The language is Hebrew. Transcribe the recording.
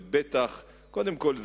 קודם כול,